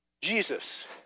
Jesus